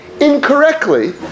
incorrectly